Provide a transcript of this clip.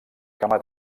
cama